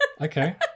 Okay